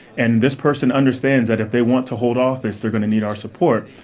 and this person understands that if they want to hold office, they're gonna need our support.